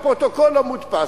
אם הפרוטוקול לא מודפס,